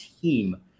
team